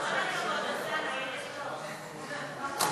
7 נתקבלו.